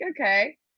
okay